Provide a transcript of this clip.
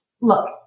look